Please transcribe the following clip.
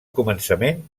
començament